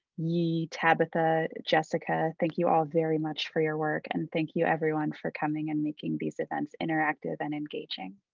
yi, tabitha, jessica, thank you all very much for your work and thank you everyone for coming and making these events interactive and engaging.